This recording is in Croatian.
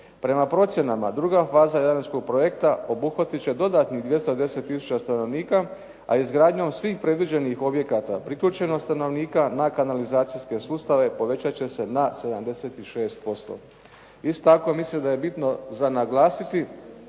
Prema procjenama druga faza jadranskog projekta obuhvatiti će dodatnih 210 tisuća stanovnika a izgradnjom svih predviđenih objekata priključenog stanovnika na kanalizacijske sustave povećati će se na 76%. Isto tako mislim da je bitno za naglasiti